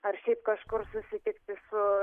ar šiaip kažkur susitikti su